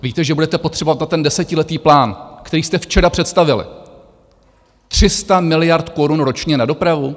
Víte, že budete potřebovat na ten desetiletý plán, který jste včera představili, 300 miliard korun ročně na dopravu?